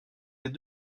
les